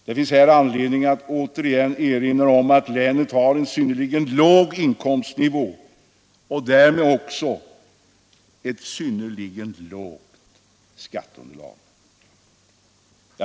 Det finns anledning att återigen erinra om att länet har en synnerligen låg inkomstnivå och därmed också ett synnerligen litet skatteunderlag.